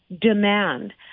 demand